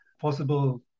possible